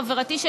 חברתי,